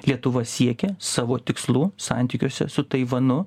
lietuva siekė savo tikslų santykiuose su taivanu